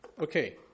Okay